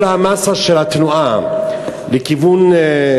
כל המאסה של התנועה לכיוון,